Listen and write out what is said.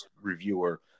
reviewer